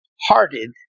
hearted